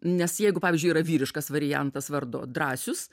nes jeigu pavyzdžiui yra vyriškas variantas vardo drąsius